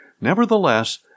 NEVERTHELESS